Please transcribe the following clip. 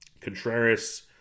Contreras